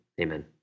Amen